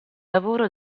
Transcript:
lavoro